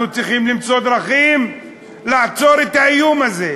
אנחנו צריכים למצוא דרכים לעצור את האיום הזה.